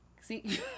See